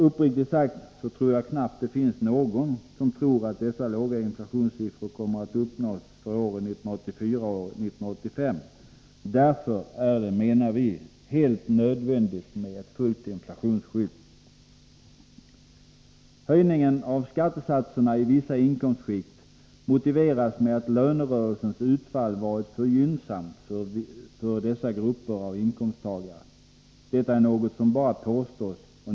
Uppriktigt sagt tror jag knappt det finns någon som tror att dessa låga inflationssiffror kommer att uppnås för åren 1984 och 1985. Därför är det, menar vi, helt nödvändigt med ett fullt inflationsskydd. Höjningen av skattesatserna i vissa inkomstskikt motiveras med att lönerörelsens utfall varit för gynnsamt för dessa grupper av inkomsttagare. Detta är något som bara påstås.